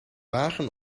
wagen